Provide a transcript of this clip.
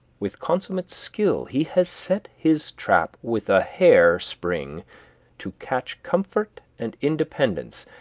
with consummate skill he has set his trap with a hair spring to catch comfort and independence,